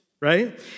right